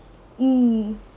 mm